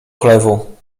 chlewu